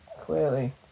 Clearly